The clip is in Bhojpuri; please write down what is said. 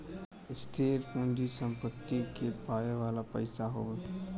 स्थिर पूँजी सम्पत्ति के पावे वाला पइसा हौ